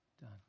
done